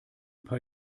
paar